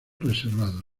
reservados